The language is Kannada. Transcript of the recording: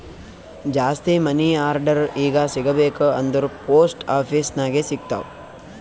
ಜಾಸ್ತಿ ಮನಿ ಆರ್ಡರ್ ಈಗ ಸಿಗಬೇಕ ಅಂದುರ್ ಪೋಸ್ಟ್ ಆಫೀಸ್ ನಾಗೆ ಸಿಗ್ತಾವ್